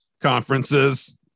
conferences